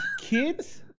kids